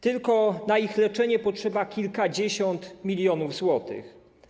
Tylko na ich leczenie potrzeba kilkadziesiąt milionów złotych.